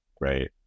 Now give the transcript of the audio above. right